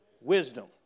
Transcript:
Wisdom